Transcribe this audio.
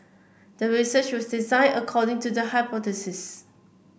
the research was designed according to the hypothesis